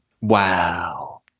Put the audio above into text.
Wow